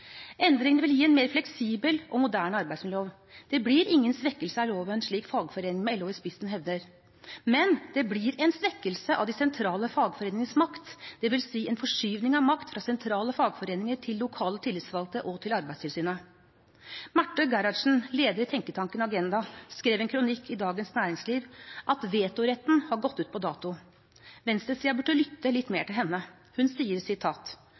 Endringene vil gi en mer fleksibel og moderne arbeidsmiljølov. Det blir ingen svekkelse av loven slik fagforeningene, med LO i spissen, hevder, men det blir en svekkelse av de sentrale fagforeningenes makt, dvs. en forskyvning av makt fra sentrale fagforeninger til lokale tillitsvalgte og til Arbeidstilsynet. Marte Gerhardsen, leder i tenketanken Agenda, skrev i en kronikk i Dagens Næringsliv at vetoretten har gått ut på dato. Venstresiden burde lytte litt mer til henne. Hun sier: